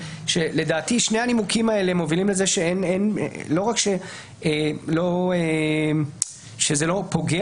לדעתי שני הנימוקים האלה מובילים לכך שלא רק שזה לא פוגע